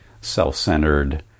self-centered